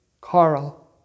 Carl